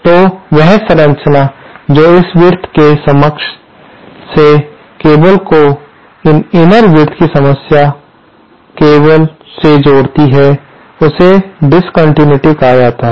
तो वह संरचना जो इस विड्थ के समक्ष से केवल को इस इनर विड्थ की समस्या केवल से जोड़ती है उसे डीसकंटिनयूटी कहां जाता है